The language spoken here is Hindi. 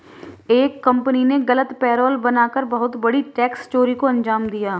एक कंपनी ने गलत पेरोल बना कर बहुत बड़ी टैक्स चोरी को अंजाम दिया